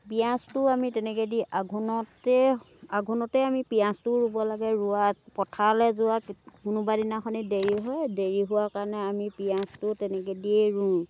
পিয়াঁজটোও আমি তেনেকৈয়ে দি আঘোণতেই আঘোণতেই আমি পিয়াঁজটোও ৰুব লাগে ৰুৱাত পথাৰলৈ যোৱা কোনোবা দিনাখনি দেৰি হয় দেৰি হোৱা কাৰণে আমি পিয়াঁজটোও তেনেকৈ দিয়ে ৰুওঁ